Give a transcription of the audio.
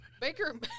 Baker